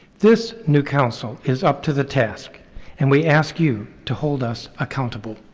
this new council is up to the task and we ask you to hold us accountable.